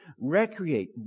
recreate